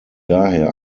daher